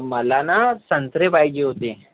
मला ना संत्रे पाहिजे होते